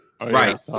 Right